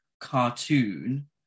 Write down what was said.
cartoon